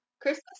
Christmas